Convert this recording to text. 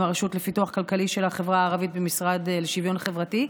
הרשות לפיתוח כלכלי של החברה הערבית במשרד לשוויון חברתי.